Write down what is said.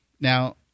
Now